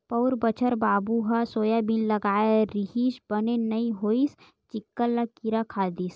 पउर बछर बाबू ह सोयाबीन लगाय रिहिस बने नइ होइस चिक्कन ल किरा खा दिस